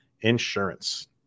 insurance